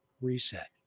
Reset